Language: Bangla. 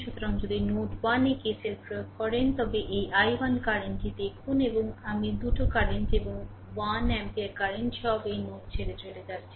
সুতরাং যদি নোড 1 এ KCL প্রয়োগ করেন তবে এই i1 কারেন্টটি দেখুন এবং আমি 2 কারেন্ট এবং 1 অ্যাম্পিয়ার কারেন্ট সব এই নোড ছেড়ে চলে যাচ্ছি